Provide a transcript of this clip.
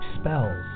spells